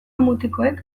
mutikoek